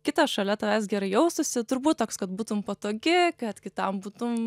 kitas šalia tavęs gerai jaustųsi turbūt toks kad būtum patogi kad kitam būtum